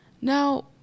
Now